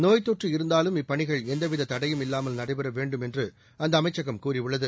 நோய்த்தொற்று இருந்தாலும் இப்பணிகள் எந்தவித தடையும் இல்லாமல் நடைபெற வேண்டும் என்று அந்த அமைச்சகம் கூறியுள்ளது